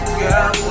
girl